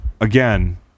again